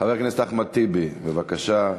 חבר הכנסת אחמד טיבי, בבקשה.